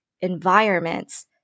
environments